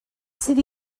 sydd